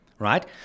right